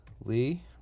Lee